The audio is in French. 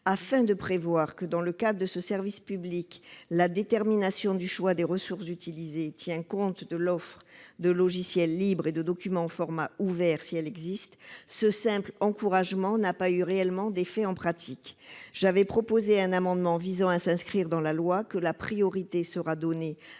et prévu que, dans le cadre de ce service public, la détermination du choix des ressources utilisées devait tenir compte de l'offre de logiciels libres et de documents au format ouvert. Mais ce simple encouragement n'a pas réellement eu d'effet en pratique. J'avais déposé un amendement visant à inscrire dans la loi la priorité accordée